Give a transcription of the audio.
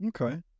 Okay